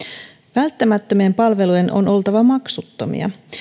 välttämättömien palvelujen on oltava maksuttomia